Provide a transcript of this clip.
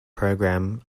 program